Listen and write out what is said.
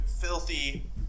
filthy